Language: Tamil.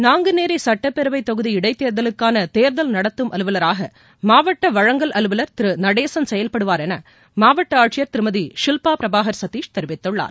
நாங்குனேரி சட்டப்பேரவைத் தொகுதி இடைத்தேர்தலுக்கான தேர்தல் நடத்தும் அலுவலராக மாவட்ட வழங்கல் அலுவலர் திரு நடேசன் செயல்படுவார் என மாவட்ட ஆட்சியர் திருமதி ஷில்பா பிரபாகர் சதீஷ் தெரிவித்துள்ளார்